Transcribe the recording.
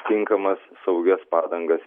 tinkamas saugias padangas